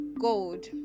gold